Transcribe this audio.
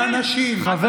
האנשים,